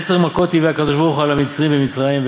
"עשר מכות הביא הקדוש-ברוך-הוא על המצרים במצרים,